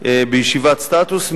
בישיבת סטטוס.